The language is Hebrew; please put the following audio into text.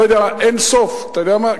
לא יודע אין-סוף, אתה יודע מה?